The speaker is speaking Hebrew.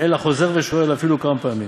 אלא חוזר ושואל אפילו כמה פעמים.